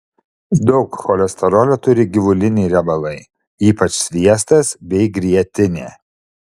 daug cholesterolio turi gyvuliniai riebalai ypač sviestas bei grietinė